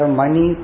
money